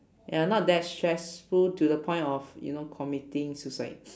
ya not that stressful to the point of you know committing suicide